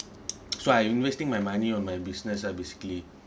so I'm investing my money on my business ah basically